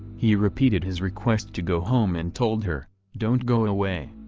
he repeated his request to go home and told her, don't go away.